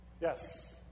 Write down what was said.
Yes